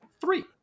three